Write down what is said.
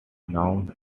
known